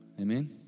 amen